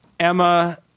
Emma